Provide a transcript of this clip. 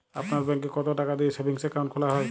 আপনার ব্যাংকে কতো টাকা দিয়ে সেভিংস অ্যাকাউন্ট খোলা হয়?